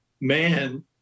man